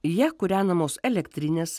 ja kūrenamos elektrinės